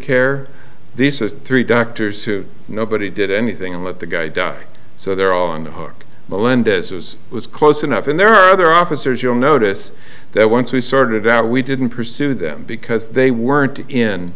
care these are three doctors who nobody did anything and let the guy die so they're all on the hook melendez was was close enough and there are other officers you'll notice that once we started out we didn't pursue them because they weren't in